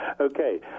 Okay